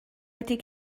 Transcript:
wedi